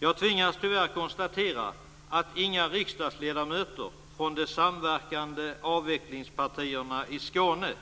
Tyvärr tvingas jag konstatera att inga riksdagsledamöter från de samverkande avvecklingspartierna i Skåne